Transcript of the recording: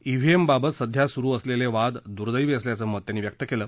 EVM बाबत सध्या सुरू असलेले वाद दुर्दैवी असल्याचं मत त्यांनी व्यक्त केलं